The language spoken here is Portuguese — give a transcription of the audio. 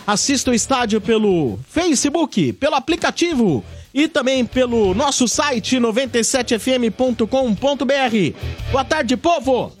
Assista o estádio pelo Facebook, pelo aplicativo e também pelo nosso site 97fm.com.br. Boa tarde, povo!